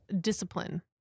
discipline